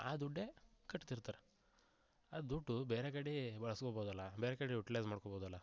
ಆ ದುಡ್ಡೇ ಕಟ್ತಿರ್ತಾರೆ ಆ ದುಡ್ಡು ಬೇರೆ ಕಡೆ ಬಳಸ್ಕೋಬಹುದಲ್ಲ ಬೇರೆ ಕಡೆ ಯುಟಿಲೈಸ್ ಮಾಡ್ಕೋಬಹುದಲ್ಲ